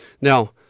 Now